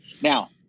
Now